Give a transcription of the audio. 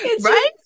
Right